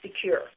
secure